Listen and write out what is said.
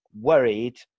Worried